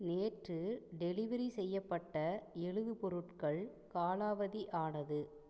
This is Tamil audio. நேற்று டெலிவெரி செய்யப்பட்ட எழுது பொருட்கள் காலாவதி ஆனது